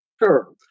Sure